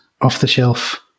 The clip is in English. off-the-shelf